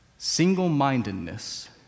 Single-mindedness